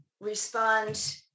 respond